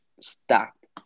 stacked